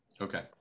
Okay